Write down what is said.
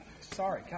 sorry